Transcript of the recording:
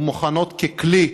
ומוכנות ככלי